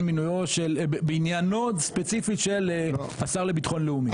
בעניינו ספציפית של השר לביטחון לאומי.